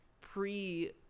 pre-